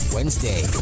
Wednesday